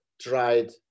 tried